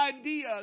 idea